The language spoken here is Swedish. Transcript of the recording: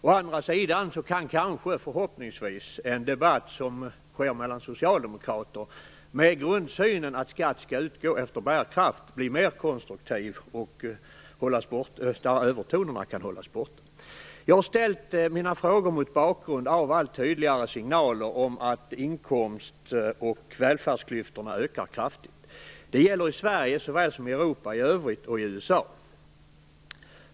Å andra sidan kan förhoppningsvis en debatt som sker mellan socialdemokrater, med grundsynen att skatt skall utgå efter bärkraft, bli mer konstruktiv och de värsta övertonerna kan hållas borta. Jag har ställt mina frågor mot bakgrund av allt tydligare signaler om att inkomst och välfärdsklyftorna ökar kraftigt. Det gäller i Sverige såväl som i Europa i övrigt och i USA.